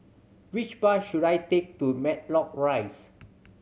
which bus should I take to Matlock Rise